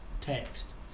text